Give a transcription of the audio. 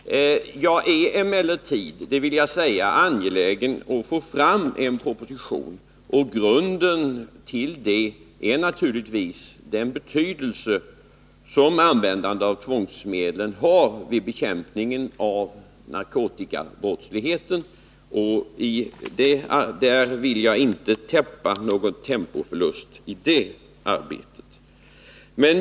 Jag är emellertid, det vill jag säga, angelägen att få fram en proposition, och grunden för det är naturligtvis den betydelse som användande av tvångsmedlen har vid bekämpningen av narkotikabrottsligheten. I det arbetet vill jag inte att det sker någon tempoförlust.